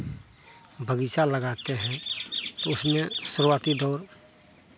बगीचा लगाते हैं तो उसमें शुरुआती दौर